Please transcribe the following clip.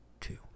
two